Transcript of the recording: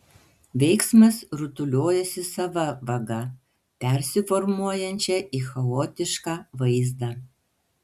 veiksmas rutuliojasi sava vaga persiformuojančia į chaotišką vaizdą